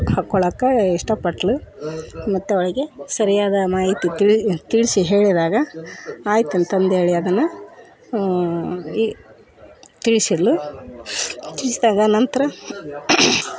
ಹಾಕ್ಕೊಳಕ್ಕೆ ಇಷ್ಟಪಟ್ಳು ಮತ್ತೆ ಅವಳಿಗೆ ಸರಿಯಾದ ಮಾಹಿತಿ ತಿಳಿ ತಿಳಿಸಿ ಹೇಳಿದಾಗ ಆಯ್ತು ಅಂತಂದು ಹೇಳಿ ಅದನ್ನು ಹ್ಞೂ ಈ ತಿಳಿಸಿದ್ಳು ತಿಳಿಸ್ದಾಗ ನಂತರ